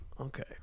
Okay